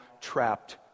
trapped